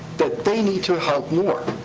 that they need to help more.